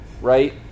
right